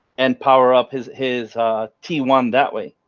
and power up his his tier one that way,